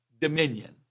dominion